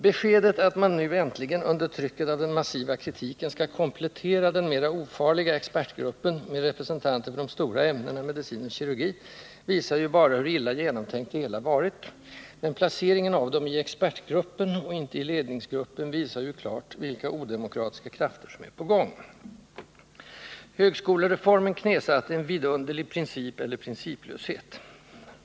Beskedet att man nu äntligen — under trycket av den massiva kritiken — skall komplettera den mer ofarliga expertgruppen med representanter för de stora ämnena medicin och kirurgi visar ju bara, hur illa genomtänkt det hela varit, men placeringen av dem i expertgruppen och inte i ledningsgruppen visar ju klart, vilka odemokratiska krafter som är på gång. Högskolereformen knäsatte en vidunderlig princip — eller principlöshet.